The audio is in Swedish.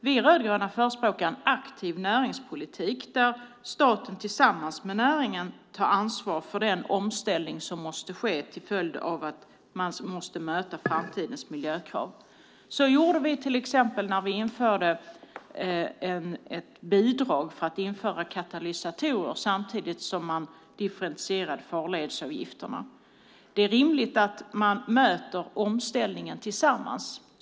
Vi rödgröna förespråkar en aktiv näringspolitik där staten tillsammans med näringen tar ansvar för den omställning som måste ske till följd av att vi måste möta framtidens miljökrav. Så gjorde vi till exempel när vi införde ett bidrag för att införa katalysatorer samtidigt som farledsavgifterna differentierades. Det är rimligt att möta omställningen tillsammans.